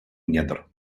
недр